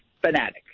fanatic